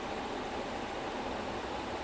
then the kid gets thrown out of the tower